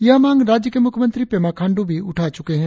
यह मांग राज्य के मुख्यमंत्री पेमा खांड्र भी उठा चुके है